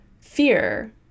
fear